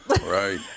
Right